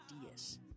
ideas